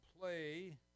play